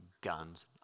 guns